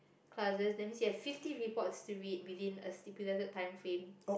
classes that means you have fifty reports to read within a stipulated time frame